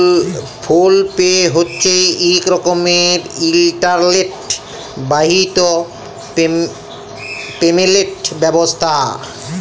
ফোল pay হছে ইক রকমের ইলটারলেট বাহিত পেমেলট ব্যবস্থা